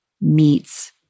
meets